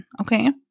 Okay